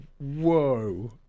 whoa